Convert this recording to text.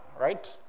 right